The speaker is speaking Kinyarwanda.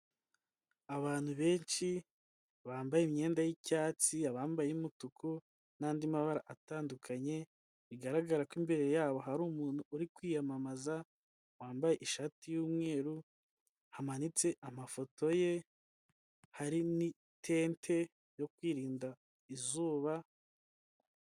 Abantu benshi bambaye imyenda y'icyatsi, abambaye umutuku n'andi mabara atandukanye bigaragara ko imbere yabo hari umuntu uri kwiyamamaza wambaye ishati y'umweru hamanitse amafoto ye hari n'itente yo kwirinda izuba.